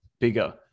bigger